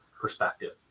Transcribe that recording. perspective